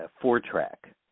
four-track